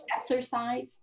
exercise